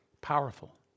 powerful